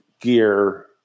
gear